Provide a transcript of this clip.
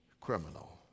criminal